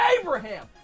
abraham